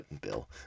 Bill